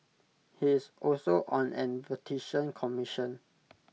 he is also on A Vatican commission